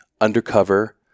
undercover